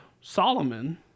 Solomon